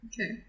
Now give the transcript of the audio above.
okay